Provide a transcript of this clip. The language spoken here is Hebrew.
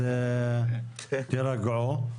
אז תירגעו.